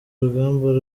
urugamba